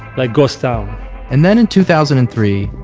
like ghost town and then, in two thousand and three,